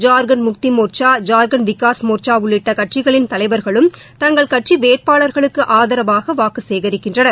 ஜர்க்கண்ட் முக்தி மோர்ச்சா ஜார்க்கண்ட் விகாஸ் மோர்ச்சா உள்ளிட்ட கட்சிகளின் தலைவர்களும் தங்கள் கட்சி வேட்பாளர்களுக்கு ஆதரவாக வாக்கு சேகரிக்கின்றனர்